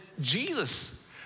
Jesus